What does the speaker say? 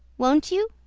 won't you?